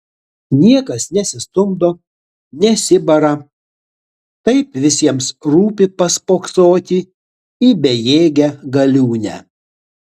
niekas nesistumdo nesibara taip visiems rūpi paspoksoti į bejėgę galiūnę